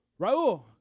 Raul